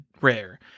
rare